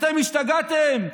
אתם השתגעתם?